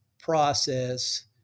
process